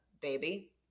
baby